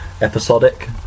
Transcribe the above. episodic